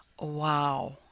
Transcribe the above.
wow